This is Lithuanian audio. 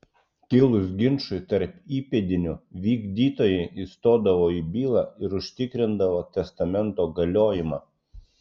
kilus ginčui tarp įpėdinių vykdytojai įstodavo į bylą ir užtikrindavo testamento galiojimą